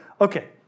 Okay